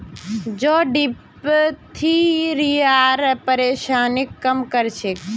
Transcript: जौ डिप्थिरियार परेशानीक कम कर छेक